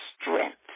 strength